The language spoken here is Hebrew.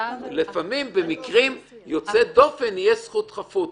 לפעמים במקרים יוצאי דופן יש זכות חפות.